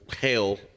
hell